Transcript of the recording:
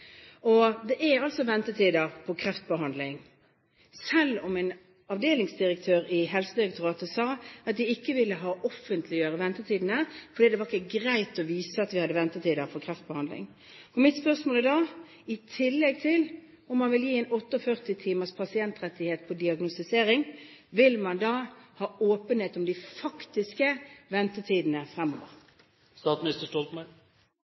Det er altså ventetider for kreftbehandling, selv om en avdelingsdirektør i Helsedirektoratet sa at de ikke ville offentliggjøre ventetidene fordi det ikke var greit å vise at vi hadde ventetider for kreftbehandling. Mitt spørsmål er da i tillegg til om man vil gi en 48-timers pasientrettighet på diagnostisering: Vil man ha åpenhet om de faktiske ventetidene